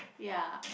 ya